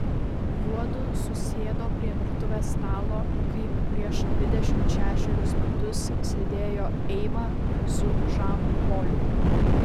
juodu susėdo prie virtuvės stalo kaip prieš dvidešimt šešerius metus sėdėjo eiva su žanu poliu